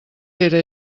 fera